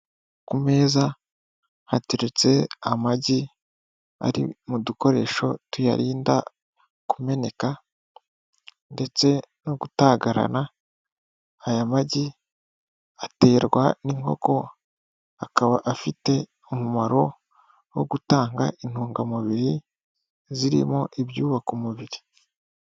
Ku meza hateretse amagi ari mu dukoresho tuyarinda kumeneka ndetse no gutagarana, aya magi aterwa n'inkoko akaba afite umumaro wo gutanga intungamubiri zirimo ibyubaka umubiri.